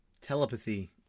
telepathy